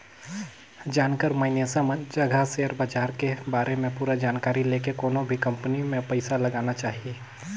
जानकार मइनसे मन जघा सेयर बाजार के बारे में पूरा जानकारी लेके कोनो भी कंपनी मे पइसा लगाना चाही